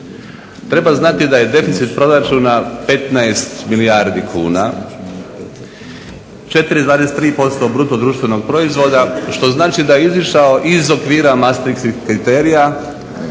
Treba znati da je deficit proračuna 15 milijardi kuna 4,3% bruto društvenog proizvoda što znači da je izašao iz okvira mastriških kriterija